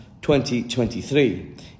2023